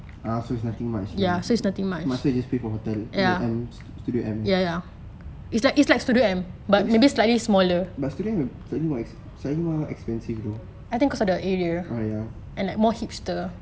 ah so it's nothing much lah must just pay for the hotel the M stu~ studio M eh but studio M slightly more slightly more expensive !duh! ah ya